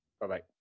Bye-bye